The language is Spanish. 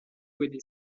puede